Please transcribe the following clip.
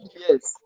yes